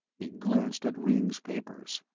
he glanced at ringg's papers.